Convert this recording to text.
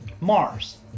Mars